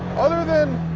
other than